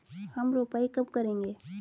हम रोपाई कब करेंगे?